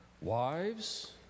Wives